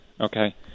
Okay